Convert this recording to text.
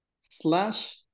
slash